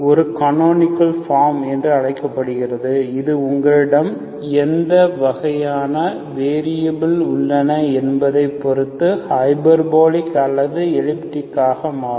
ஒரு canonical form என்று அழைக்கப்படுகிறது இது உங்களிடம் எந்த வகையான வேரியபில் உள்ளன என்பதைப் பொறுத்து ஹைபர்போலிக் அல்லது எலிப்டிக் ஆக மாகும்